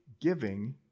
giving